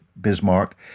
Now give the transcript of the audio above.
Bismarck